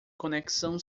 conexão